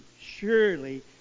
surely